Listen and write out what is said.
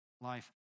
life